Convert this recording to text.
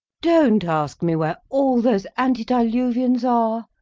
don't ask me where all those antediluvians are!